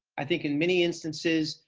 i think in many instances,